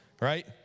right